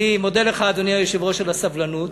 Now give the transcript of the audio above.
אני מודה לך, אדוני היושב-ראש, על הסבלנות,